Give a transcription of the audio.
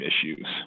issues